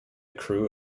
crew